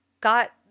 got